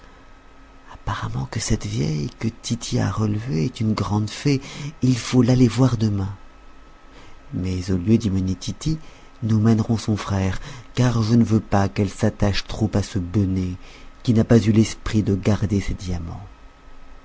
apparemment que la vieille que tity a relevée est une grande fée il faut l'aller voir demain mais au lieu d'y mener tity nous y mènerons son frère car je ne veux pas qu'elle s'attache trop à ce benêt qui n'a pas eu l'esprit de garder ses diamants